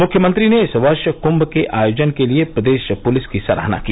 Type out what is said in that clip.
मुख्यमंत्री ने इस वर्ष कुम्म के आयोजन के लिए प्रदेश पुलिस की सराहना की